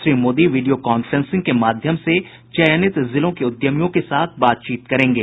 Shri Modi video conferencing के माध्यम से चयनित जिलों के उद्यमियों के साथ बातचीत करेंगे